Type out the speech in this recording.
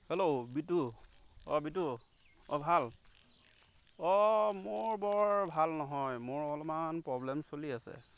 hello Bitu অঁ বিটু অঁ ভাল অঁ মোৰ বৰ ভাল নহয় মোৰ অলমান প্ৰব্লেম চলি আছে